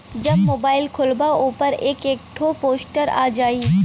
जब मोबाइल खोल्बा ओपर एक एक ठो पोस्टर आ जाई